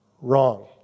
wrong